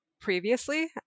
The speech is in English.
previously